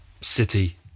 City